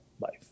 life